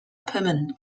permanent